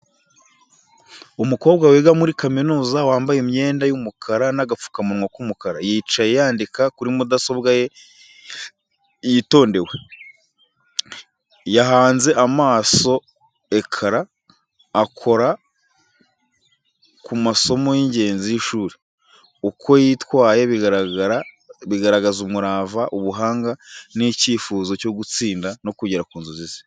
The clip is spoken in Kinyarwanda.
Umukobwa wiga muri kaminuza, wambaye imyenda y’umukara n’agapfukamunwa k’umukara, yicaye yandika kuri mudasobwa ye yitondewe. Yahanze amaso ekara, akora ku masomo y’ingenzi y’ishuri. Uko yitwaye bigaragaza umurava, ubuhanga, n’icyifuzo cyo gutsinda no kugera ku nzozi ze.